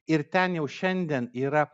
ir ten jau šiandien yra